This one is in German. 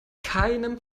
keinem